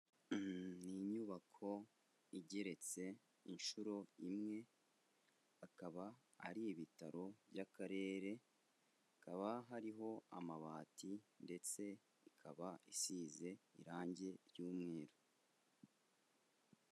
Ni inyubako igeretse inshuro imwe, akaba ari ibitaro by'akarere, hakaba hariho amabati ndetse ikaba isize irangi ry'umweru.